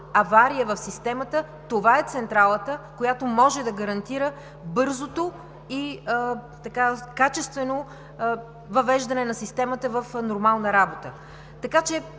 авария в системата това е централата, която може да гарантира бързото и качествено въвеждане на системата в нормална работа. Така че